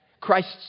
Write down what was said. Christ's